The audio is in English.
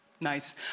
Nice